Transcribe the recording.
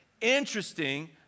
interesting